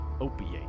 Opiate